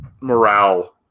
morale